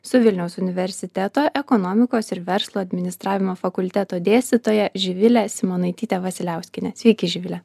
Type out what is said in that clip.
su vilniaus universiteto ekonomikos ir verslo administravimo fakulteto dėstytoja živile simonaityte vasiliauskiene sveiki živile